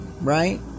right